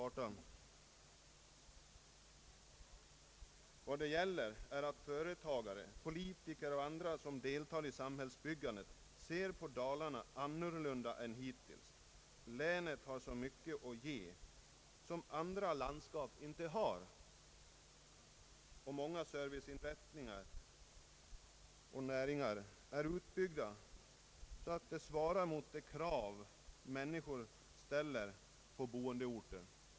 Företagare, politiker och andra som deltar i samhällsbyggandet borde se på Dalarna annorlunda än hittills. Dalarna har så mycket att ge som andra landskap inte har, och många servicenäringar är utbyggda så att de svarar mot de krav människor ställer på sin boendeort.